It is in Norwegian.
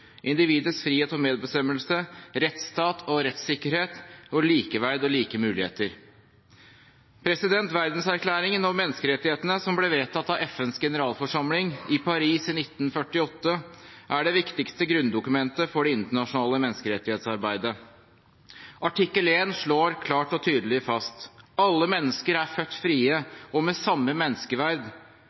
individets frihet og medbestemmelse, rettsstat og rettssikkerhet, og likeverd og like muligheter. Verdenserklæringen om menneskerettigheter, som ble vedtatt av FNs generalforsamling i Paris i 1948, er det viktigste grunndokumentet for det internasjonale menneskerettighetsarbeidet. Artikkel 1 slår klart og tydelig fast: «Alle mennesker er født frie og med samme menneskeverd